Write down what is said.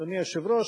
אדוני היושב-ראש,